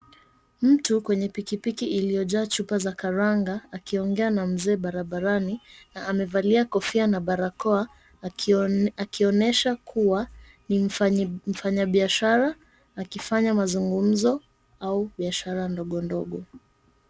Mtu kwenye pikipiki iliyojaa chupa za karanga, akiongea na mzee barabarani na amevalia kofia na barakoa, akionyesha kuwa, ni mfanya biashara akifanya mazungumzo au biashara ndogo ndogo.